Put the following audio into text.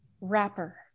Wrapper